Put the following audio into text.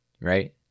right